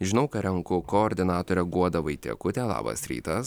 žinau ką renku koordinatorė guoda vaitiekutė labas rytas